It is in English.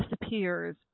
disappears